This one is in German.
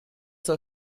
soll